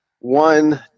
one